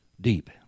Deep